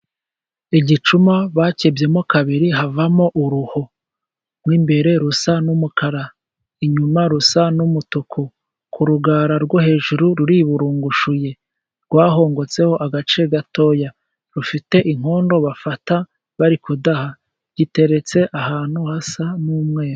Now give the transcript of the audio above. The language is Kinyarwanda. Igicuma bakebyemo kabiri havamo uruhu rw'imbere rusa n'umukara, inyuma rusa n'umutuku ku rugara rwo hejuru ruriburungushuye, rwahongotseho agace gatoya rufite inkono bafata bari kudaha, giteretse ahantu hasa n'umweru.